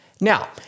Now